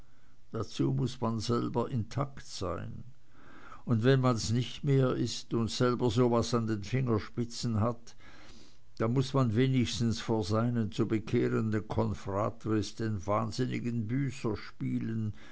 dazu muß man selber intakt sein und wenn man's nicht mehr ist und selber so was an den fingerspitzen hat dann muß man wenigstens vor seinen zu bekehrenden confratres den wahnsinnigen büßer spielen